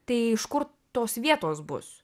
tai iš kur tos vietos bus